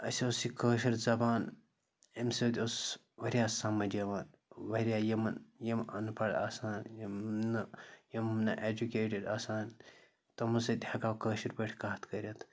اَسہِ ٲس یہِ کٲشِر زَبان اَمۍ سۭتۍ اوس واریاہ سَمٕج اِوان واریاہ یِمَن یِم اَن پَڑھ آسان یِم نہٕ یِم نہٕ اٮ۪جُکیٹٕڈ آسان تِمو سۭتۍ ہٮ۪کو کٲشِر پٲٹھۍ کَتھ کٔرِتھ